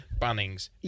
Bunnings